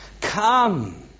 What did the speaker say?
come